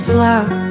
love